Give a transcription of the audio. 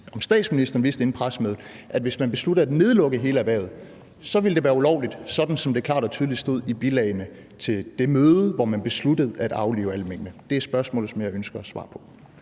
om statsministeren inden pressemødet vidste, at hvis man besluttede at nedlukke hele erhvervet, ville det være ulovligt, sådan som det klart og tydeligt stod i bilagene til det møde, hvor man besluttede at aflive alle minkene. Det er det spørgsmål, som jeg ønsker et svar på.